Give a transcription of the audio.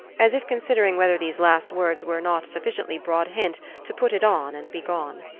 as if considering whether these last words were not a sufficiently broad hint to put it on and be gone.